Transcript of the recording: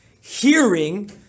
hearing